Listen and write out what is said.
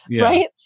Right